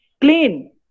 clean